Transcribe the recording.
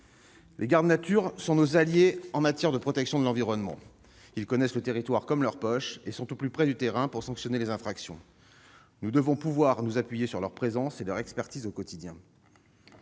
Les gardes nature sont nos alliés en matière de protection de l'environnement ; ils connaissent le territoire comme leur poche et sont au plus près du terrain pour sanctionner les infractions. Nous devons pouvoir nous appuyer sur leur présence et leur expertise au quotidien.